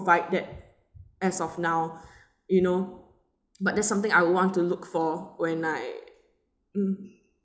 ~vide that as of now you know but there's something I would want to look for when I mm